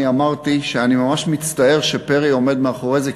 אני אמרתי שאני ממש מצטער שפרי עומד מאחורי זה,